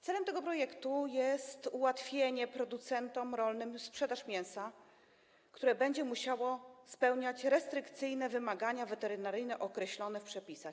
Celem tego projektu jest ułatwienie producentom rolnym sprzedaży mięsa, które będzie musiało spełniać restrykcyjne wymagania weterynaryjne określone w przepisach.